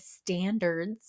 standards